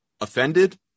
offended